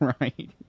Right